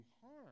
harm